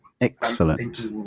Excellent